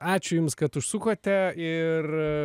ačiū jums kad užsukote ir